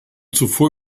zuvor